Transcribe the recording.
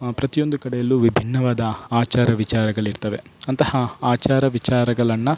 ಪ್ರತಿಯೊಂದು ಕಡೆಯಲ್ಲೂ ವಿಭಿನ್ನವಾದ ಆಚಾರ ವಿಚಾರಗಳಿರ್ತವೆ ಅಂತಹ ಆಚಾರ ವಿಚಾರಗಳನ್ನು